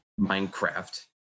Minecraft